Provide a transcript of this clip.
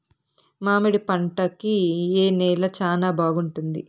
మామిడి పంట కి ఏ నేల చానా బాగుంటుంది